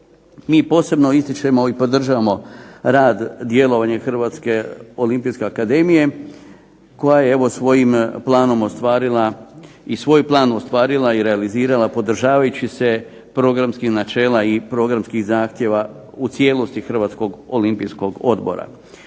Mi posebno ističemo i podupiremo rad i djelovanje Hrvatske olimpijske akademije koja je svojim planom ostvarila i realizirala podržavajući se programskih načela i programskih zahtjeva u cijelosti Hrvatskog olimpijskog odbora.